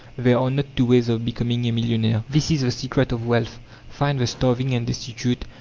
there are not two ways of becoming a millionaire. this is the secret of wealth find the starving and destitute,